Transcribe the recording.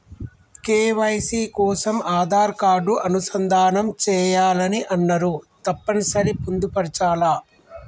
KYC కోసం Aadhaar card అనుసంధానం చేయాలని అన్నరు తప్పని సరి పొందుపరచాలా?